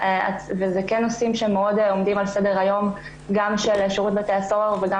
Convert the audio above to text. אלה נושאים שעומדים על סדר היום גם של שירות בתי הסוהר וגם